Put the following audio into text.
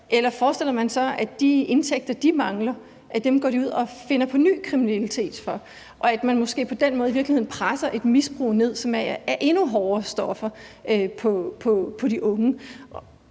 Eller forestiller man sig så, at de indtægter, de mangler, går de ud og finder på ny kriminalitet for at få, og at man måske i virkeligheden på den måde presser et misbrug af endnu hårdere stoffer ned over